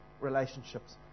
relationships